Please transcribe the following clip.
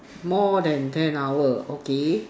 more than ten hour okay